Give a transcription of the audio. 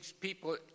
people